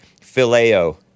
Phileo